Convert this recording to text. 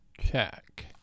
Check